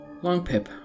Longpip